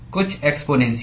कुछ एक्स्पोनेन्शल